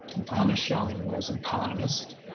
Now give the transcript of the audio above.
and thomas schelling was an economist.